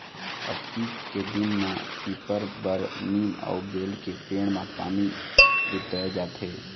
अक्ती के दिन म पीपर, बर, नीम अउ बेल के पेड़ म पानी रितोय जाथे